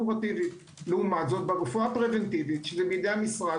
לעומת זאת ברפואה שהיא בידי המשרד,